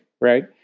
Right